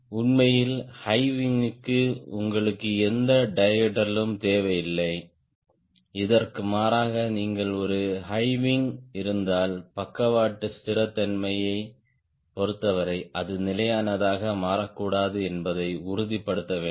உண்மையில் high wing க்கு உங்களுக்கு எந்த டைஹெட்ரலும் தேவையில்லை இதற்கு மாறாக நீங்கள் ஒரு ஹை விங் இருந்தால் பக்கவாட்டு ஸ்திரத்தன்மையைப் பொருத்தவரை அது நிலையானதாக மாறக்கூடாது என்பதை உறுதிப்படுத்த வேண்டும்